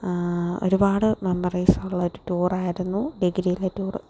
ഒരുപാട് മെമ്മറീസ് ഉള്ള ഒരു ടൂർ ആയിരുന്നു ഡിഗ്രിയിലെ ടൂറ്